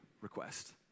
request